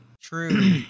True